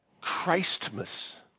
Christmas